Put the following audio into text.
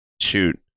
Shoot